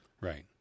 Right